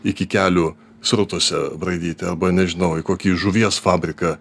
iki kelių srutose braidyti arba nežinau į kokį žuvies fabriką